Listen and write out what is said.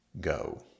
Go